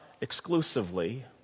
exclusively